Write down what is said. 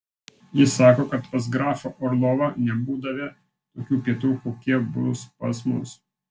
jis sako kad pas grafą orlovą nebūdavę tokių pietų kokie bus pas mus